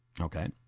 Okay